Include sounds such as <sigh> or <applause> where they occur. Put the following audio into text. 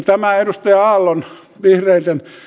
<unintelligible> tämä edustaja aallon vihreiden